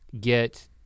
get